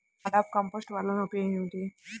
NADEP compost వలన ఉపయోగం ఏమిటి?